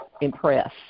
impress